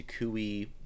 Takui